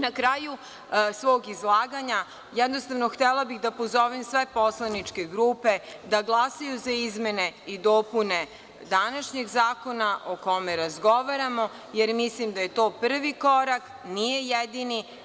Na kraju svog izlaganja, jednostavno, htela bih da pozovem sve poslaničke grupe da glasaju za izmene i dopune današnjeg zakona o kome razgovaramo, jer mislim da je to prvi korak, nije jedini.